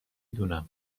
دونم